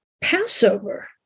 Passover